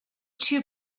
too